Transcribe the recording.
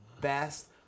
best